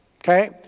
okay